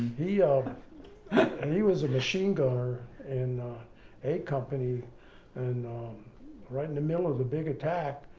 he um and he was a machine gunner in eight company and right in the middle of a big attack,